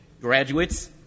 graduates